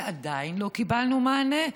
ועדיין לא קיבלנו מענה,